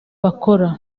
bakora